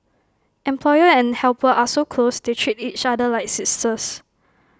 employer and helper are so close they treat each other like sisters